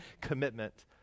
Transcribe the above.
commitment